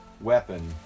weapon